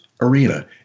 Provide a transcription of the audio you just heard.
arena